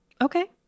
Okay